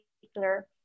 particular